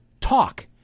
Talk